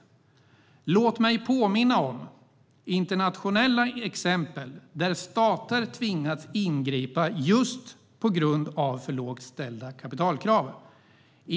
Låt mig påminna om internationella exempel där stater tvingats ingripa just på grund av för lågt ställda kapitalkrav.